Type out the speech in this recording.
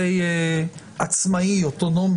הסעיף הזה לבין הרישא בסעיף קטן ב',